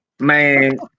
man